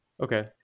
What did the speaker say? okay